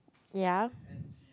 ya